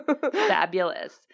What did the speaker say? fabulous